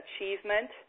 achievement